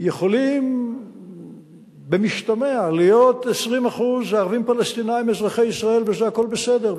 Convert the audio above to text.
שיכולים במשתמע להיות 20% ערבים פלסטינים אזרחי ישראל וזה הכול בסדר,